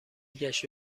گشت